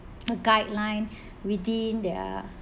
a guideline within their